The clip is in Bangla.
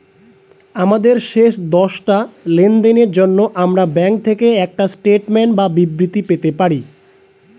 আমাদের শেষ দশটা লেনদেনের জন্য আমরা ব্যাংক থেকে একটা স্টেটমেন্ট বা বিবৃতি পেতে পারি